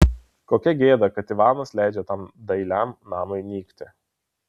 kokia gėda kad ivanas leidžia tam dailiam namui nykti